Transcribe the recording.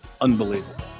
unbelievable